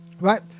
right